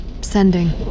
Sending